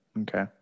Okay